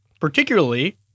particularly